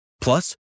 Plus